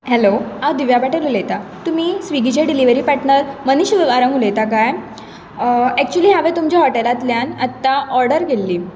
hello हांव दिव्या पाटील उलयतां तुमी स्विगीचे डिलिवरी पार्टनर मनिश उलयता काय एक्चुअली हावें तुमच्या हॉटेलांतल्यान आतां ऑर्डर केल्ली